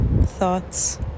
thoughts